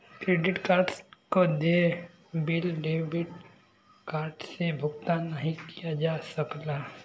credit card क देय bill debit card से भुगतान नाहीं किया जा सकला